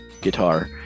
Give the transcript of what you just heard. guitar